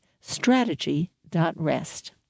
strategy.rest